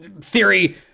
Theory